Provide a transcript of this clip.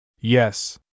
Yes